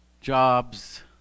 Jobs